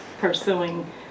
pursuing